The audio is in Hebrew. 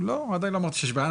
עדיין לא אמרתי שיש בעיה.